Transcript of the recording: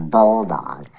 Bulldog